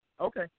Okay